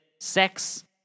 sex